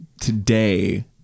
today